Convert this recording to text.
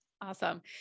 Awesome